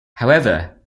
however